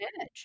edge